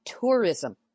tourism